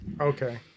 Okay